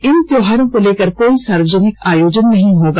इन त्यौहारों को लेकर कोई सार्वजनिक आयोजन नहीं होगा